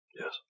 Yes